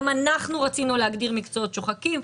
גם אנחנו רצינו להגדיר מקצועות שוחקים.